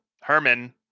Herman